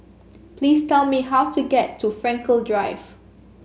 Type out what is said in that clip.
please tell me how to get to Frankel Drive